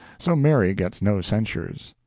so mary gets no censures.